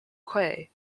quay